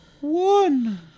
one